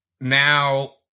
now